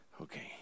Okay